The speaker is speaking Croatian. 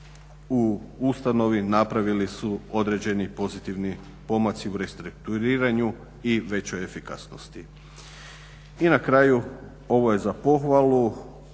u ustanovi napravili su određeni pozitivni pomaci u restrukturiranju i većoj efikasnosti. I na kraju, ovo je za pohvalu